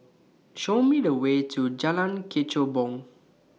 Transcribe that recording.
Show Me The Way to Jalan Kechubong